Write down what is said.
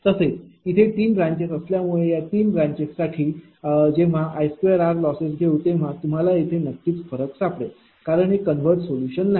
तसेच इथे तीन ब्रांचेस असल्यामुळे या तीन ब्रांचेससाठी जेव्हा I2r लॉसेस घेऊ तेव्हा तुम्हाला तेथे नक्कीच फरक सापडेल कारण हे कंवर्जड् सोलुशन नाही